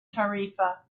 tarifa